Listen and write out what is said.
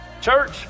Church